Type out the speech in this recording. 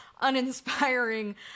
uninspiring